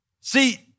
See